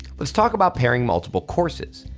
let's talk about pairing multiple courses.